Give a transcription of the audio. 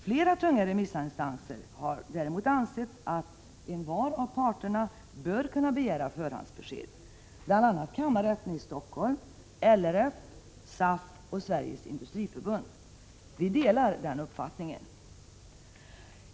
Flera tunga remissinstanser har däremot ansett att envar av parterna bör kunna begära förhandsbesked, bl.a. kammarrätten i Stockholm, LRF, SAF och Sveriges industriförbund. Vi delar den uppfattningen.